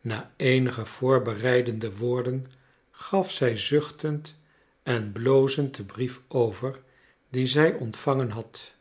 na eenige voorbereidende woorden gaf zij zuchtend en blozend den brief over dien zij ontvangen had